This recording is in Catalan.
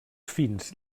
fins